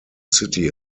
city